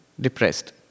depressed